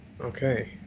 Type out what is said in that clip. Okay